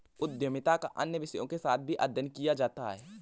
उद्यमिता का अन्य विषयों के साथ भी अध्ययन किया जाता है